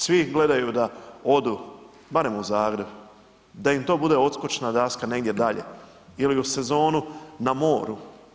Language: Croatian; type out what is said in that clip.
Svi gledaju da odu barem u Zagreb, da im to bude odskočna daska za dalje ili sezonu na moru.